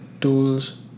tools